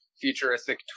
futuristic